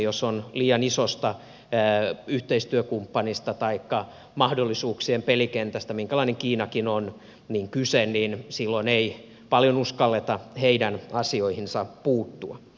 jos on liian isosta yhteistyökumppanista taikka mahdollisuuksien pelikentästä minkälainen kiinakin on kyse niin silloin ei paljon uskalleta heidän asioihinsa puuttua